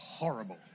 horrible